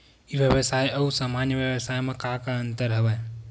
ई व्यवसाय आऊ सामान्य व्यवसाय म का का अंतर हवय?